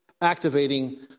activating